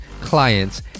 clients